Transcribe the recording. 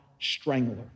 Strangler